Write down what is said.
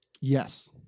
Yes